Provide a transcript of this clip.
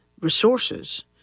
resources